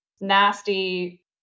nasty